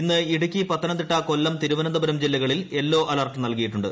ഇന്ന് ഇടുക്കി പത്തനംതിട്ട കൊല്ലുക് തിരുവനന്തപുരം ജില്ലകളിൽ യെല്ലോ അലർട്ട് നൽകിയിട്ടുണ്ട്